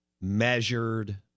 measured